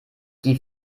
die